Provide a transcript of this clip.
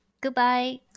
Goodbye